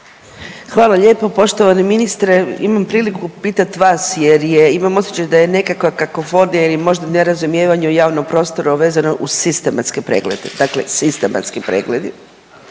Hvala lijepo. Poštovani ministre imam priliku pitati vas jer je, imam osjećaj da je nekakva kakofonija ili možda nerazumijevanje u javnom prostoru, a vezano uz sistematske preglede, dakle sistematski pregledi.